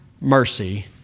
mercy